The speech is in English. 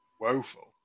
woeful